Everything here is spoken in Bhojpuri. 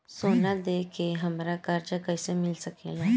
सोना दे के हमरा कर्जा कईसे मिल सकेला?